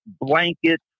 blanket